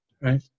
right